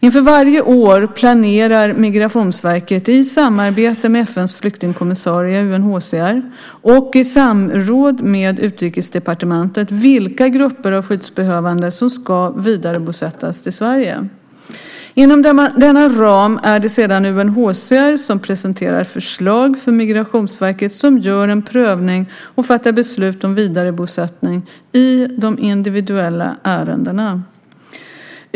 Inför varje år planerar Migrationsverket, i samarbete med FN:s flyktingkommissarie, UNHCR, och i samråd med Utrikesdepartementet, vilka grupper av skyddsbehövande som ska vidarebosättas i Sverige. Inom denna ram är det sedan UNHCR som presenterar förslag för Migrationsverket som gör en prövning och fattar beslut om vidarebosättning i de individuella ärendena.